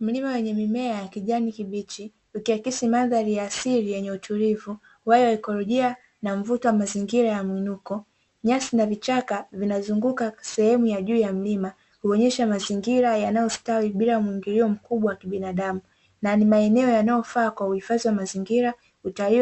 Mlima yenye mimea ya kijani kibichi ukiachisi mandhari ya asili yenye utulivu wale waikolojia na mvuto wa mazingira ya minuko nyasi na vichaka vinazunguka sehemu ya juu ya mlima kuonyesha mazingira yanayostawi bilao mkubwa wa kibinadamu na ni maeneo yanayofaa kwa uhifadhi wa mazingira